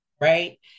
right